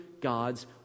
God's